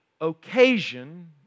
occasion